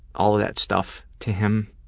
all of that stuff to him,